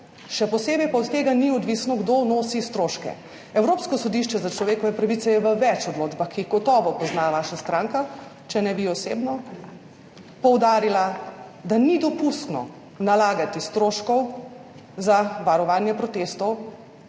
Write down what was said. še posebej pa od tega ni odvisno, kdo nosi stroške. Evropsko sodišče za človekove pravice je v več odločbah, ki jih gotovo pozna vaša stranka, če ne vi osebno, poudarila, da ni dopustno nalagati stroškov za varovanje protestov